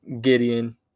Gideon